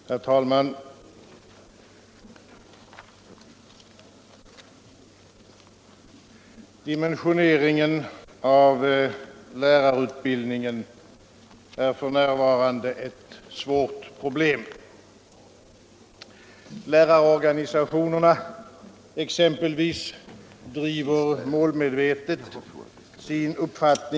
I fråga om detta betänkande hålles gemensam överläggning för samtliga punkter. Under den gemensamma överläggningen får yrkanden framställas beträffande samtliga punkter i betänkandet.